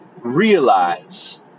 realize